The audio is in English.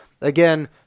again